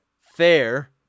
Fair